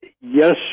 Yes